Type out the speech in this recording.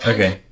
Okay